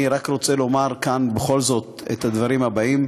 אני רק רוצה לומר כאן בכל זאת את הדברים האלה: